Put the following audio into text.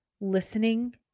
listening